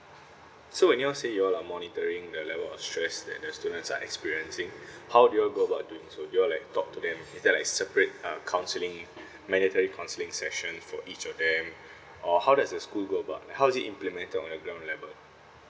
so when you all say you all are monitoring the level of stress that the students are experiencing how do you all go about doing so do you all like talk to them is there like separate uh counselling mandatory counselling session for each of them or how does the school go about like how does it implemented on the ground level